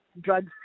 drugs